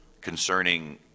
concerning